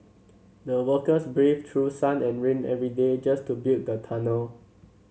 the workers braved through sun and rain every day just to build the tunnel